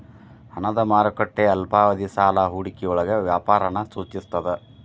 ಹಣದ ಮಾರುಕಟ್ಟೆ ಅಲ್ಪಾವಧಿ ಸಾಲ ಹೂಡಿಕೆಯೊಳಗ ವ್ಯಾಪಾರನ ಸೂಚಿಸ್ತದ